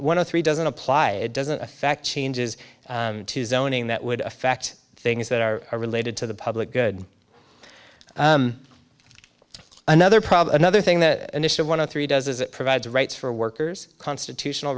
one of three doesn't apply it doesn't affect changes to zoning that would affect things that are related to the public good another problem the other thing the initial one of three does is it provides rights for workers constitutional